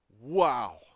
wow